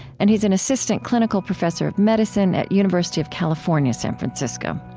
and he's an assistant clinical professor of medicine at university of california san francisco.